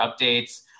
updates